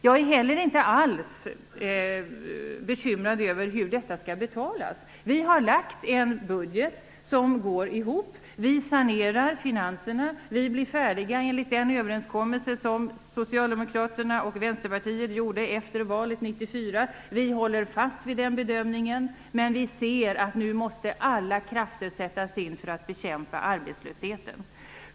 Jag är heller inte alls bekymrad över hur detta skall betalas. Vi har lagt fram ett budgetförslag som går ihop. Vi sanerar finanserna. Vi blir färdiga enligt den överenskommelse som Socialdemokraterna och Vänsterpartiet träffade efter valet 1994. Vi håller fast vid den bedömningen, men vi ser att alla krafter nu måste sättas in för att bekämpa arbetslösheten.